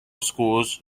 schools